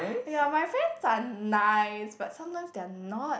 ya my friends are nice but sometimes they are not